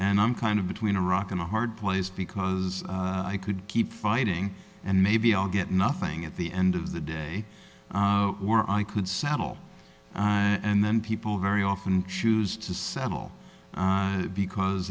and i'm kind of between a rock and a hard place because i could keep fighting and maybe i'll get nothing at the end of the day or i could saddle and then people very often choose to settle because